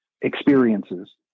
experiences